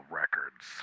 records